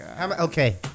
Okay